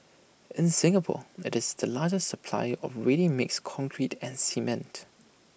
in Singapore IT is the largest supplier of ready mixed concrete and cement